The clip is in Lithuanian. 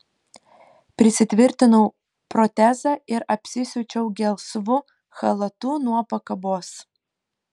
prisitvirtinau protezą ir apsisiaučiau gelsvu chalatu nuo pakabos